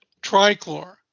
trichlor